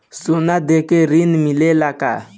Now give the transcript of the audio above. सोना देके ऋण मिलेला का?